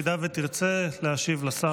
אם תרצה להשיב לשר.